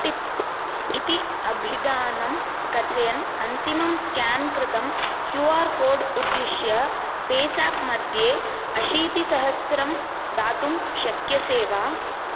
tip इति अभिधानं कथयन् अन्तिमं स्कान् कृतं क्यू आर् कोड् उद्दिश्य पेसाप् मध्ये अशीतिसहस्रं दातुं शक्यसे वा